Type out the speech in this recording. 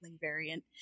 variant